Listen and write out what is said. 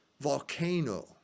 volcano